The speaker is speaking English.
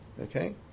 Okay